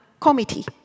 committee